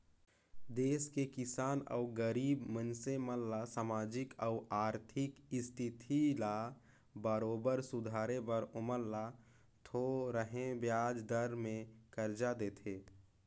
देस के किसान अउ गरीब मइनसे मन ल सामाजिक अउ आरथिक इस्थिति ल बरोबर सुधारे बर ओमन ल थो रहें बियाज दर में करजा देथे